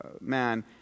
man